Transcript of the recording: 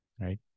right